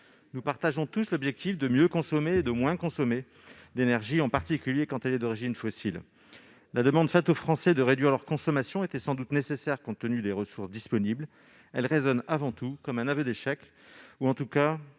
Nous partageons tous l'objectif de consommer moins d'énergie et de la consommer mieux, en particulier quand elle est d'origine fossile. Si la demande faite aux Français de réduire leur consommation était sans doute nécessaire compte tenu des ressources disponibles, elle résonne avant tout comme un aveu d'échec, ou en tout cas